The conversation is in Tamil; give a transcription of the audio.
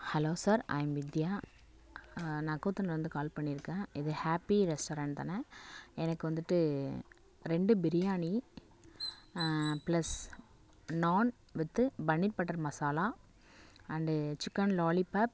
hello sir I am Vidya நான் கூத்தனூர்லேருந்து கால் பண்ணியிருக்கேன் இது ஹேப்பி ரெஸ்டாரெண்ட் தானே எனக்கு வந்துட்டு ரெண்டு biryani plus naan with paneer butter masala and chicken lollipop